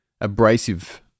abrasive